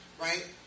right